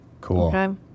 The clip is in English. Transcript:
Cool